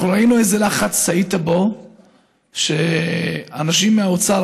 אנחנו ראינו באיזה לחץ היית כשאנשים מהאוצר,